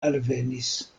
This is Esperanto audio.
alvenis